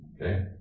Okay